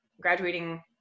graduating